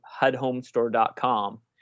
hudhomestore.com